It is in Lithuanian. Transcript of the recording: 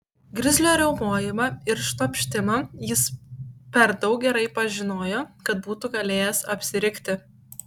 grizlio riaumojimą ir šnopštimą jis per daug gerai pažinojo kad būtų galėjęs apsirikti